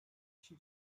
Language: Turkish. kişi